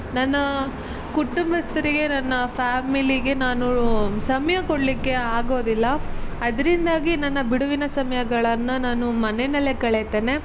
ನನ್ನ ಕುಟುಂಬಸ್ಥರಿಗೆ ನನ್ನ ಫ್ಯಾಮಿಲಿಗೆ ನಾನು ಸಮಯ ಕೊಡಲಿಕ್ಕೆ ಆಗೋದಿಲ್ಲ ಅದರಿಂದಾಗಿ ನನ್ನ ಬಿಡುವಿನ ಸಮಯಗಳನ್ನು ನಾನು ಮನೆಯಲ್ಲೇ ಕಳೇತೇನೆ